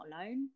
alone